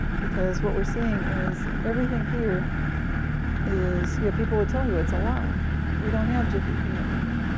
because what we're seeing is everything here is you know, people would tell you, it's a lie we don't have jiffy peanut butter.